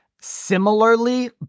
similarly